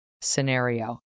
scenario